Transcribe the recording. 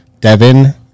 Devin